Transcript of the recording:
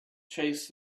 chased